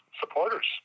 supporters